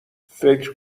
فکر